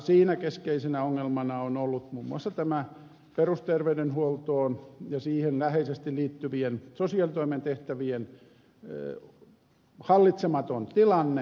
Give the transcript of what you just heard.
siinä keskeisenä ongelmana on ollut muun muassa perusterveydenhuollon ja siihen läheisesti liittyvien sosiaalitoimen tehtävien hallitsematon tilanne